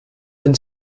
wenn